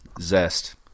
Zest